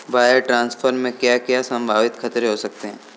Wire transfer में क्या क्या संभावित खतरे हो सकते हैं?